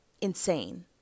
insane